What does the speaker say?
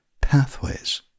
Pathways